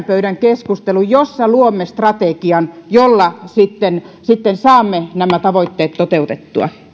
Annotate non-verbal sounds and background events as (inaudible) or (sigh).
(unintelligible) pöydän keskustelun jossa luomme strategian jolla sitten sitten saamme nämä tavoitteet toteutettua